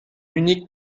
unique